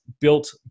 Built